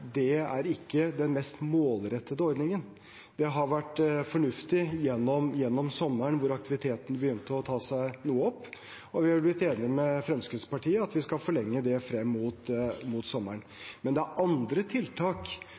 det ikke er den mest målrettede ordningen. Det har vært fornuftig gjennom sommeren hvor aktiviteten begynte å ta seg noe opp, og vi har blitt enige med Fremskrittspartiet om at vi skal forlenge det frem mot sommeren. Men det er andre tiltak